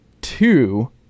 two